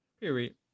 Period